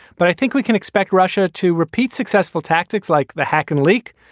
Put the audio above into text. but i think we can expect russia to repeat successful tactics like the hacking leak.